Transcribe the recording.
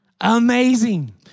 Amazing